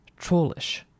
trollish